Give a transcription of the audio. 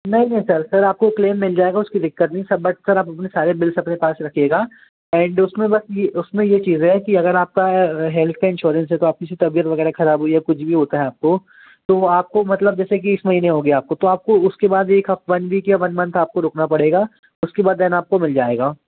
नहीं नहीं sir sir आपको क्लेम मिल जाएगा उसकी दिक्कत नहीं सर बट सर आप अपने सारे बिल्स अपने पास रखिएगा एंड उसमें बस यह उसमें यह चीज़ है कि अगर आपका हेल्थ का इन्श्योरेन्स है तो आप किसी तबीयत वग़ैरह ख़राब हुई या कुछ भी होता है आपको तो आपको मतलब जैसे कि इस महीने गया आपको तो आपको उसके बाद एक हफ़ वन वीक या वन मन्थ आपको रुकना पड़ेगा उसके बाद देन आपको मिल जाएगा